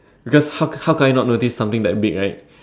cause how how can I not notice something that big right